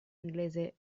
inglese